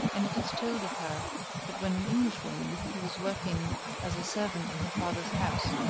and it is told of her that when an englishwoman, who was working as a servant in her father's house,